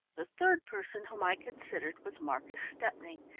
the third person whom i considered was marcus stepney,